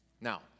Now